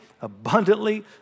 abundantly